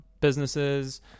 businesses